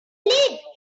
live